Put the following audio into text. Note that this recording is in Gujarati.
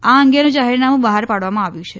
આ અંગેનું જાહેરનામું બહાર પાડવામાં આવ્યું છે